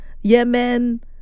Yemen